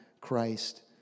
Christ